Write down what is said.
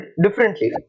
differently